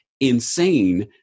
insane